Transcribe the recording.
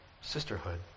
sisterhood